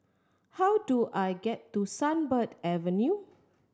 how do I get to Sunbird Avenue